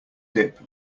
dip